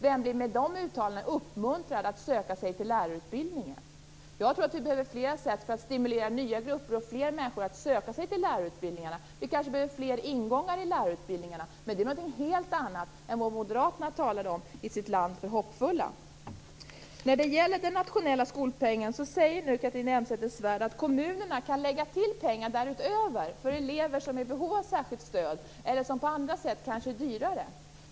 Vem blir med de uttalandena uppmuntrad att söka sig till lärarutbildningen? Jag tror att det behövs fler sätt att stimulera nya grupper och fler människor att söka sig till lärarutbildningarna. Vi behöver kanske fler ingångar i lärarutbildningarna, men det är någonting helt annat än vad moderaterna talar om i Land för hoppfulla. När det gäller den nationella skolpengen säger nu Catharina Elmsäter-Svärd att kommunerna kan lägga till pengar för elever som är i behov av särskilt stöd eller som på andra sätt är dyrare.